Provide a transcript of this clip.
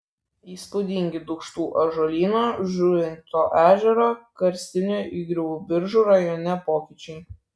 įspūdingi dūkštų ąžuolyno žuvinto ežero karstinių įgriuvų biržų rajone pokyčiai